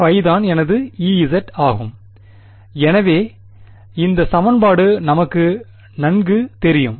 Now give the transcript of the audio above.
ϕ தான் எனது Ez ஆகும் எனவே இந்த சமன்பாடு நமக்கு நன்கு தெரியும்